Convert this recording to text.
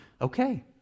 Okay